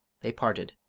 they parted,